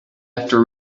after